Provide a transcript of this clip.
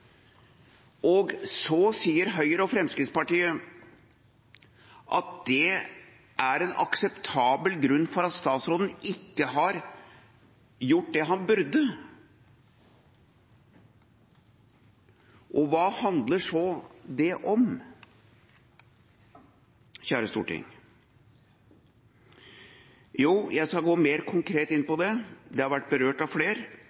Så sier Høyre og Fremskrittspartiet at det er en akseptabel grunn for at statsråden ikke har gjort det han burde. Og hva handler så det om, kjære storting? Jeg skal gå mer konkret inn på det, det har vært berørt av